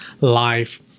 life